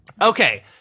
Okay